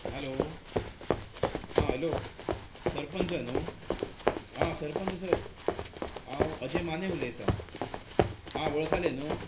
hello हां hello sarpanch sir न्हय हां सरपंच सर हांव अजय माने उलयतां आं वळखले न्हय